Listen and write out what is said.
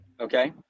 Okay